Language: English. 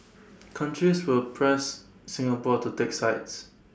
countries will press Singapore to take sides